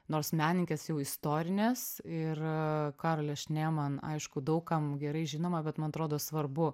nors meninkės jau istorinės ir karolė šnėman aišku daug kam gerai žinoma bet man atrodo svarbu